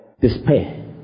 despair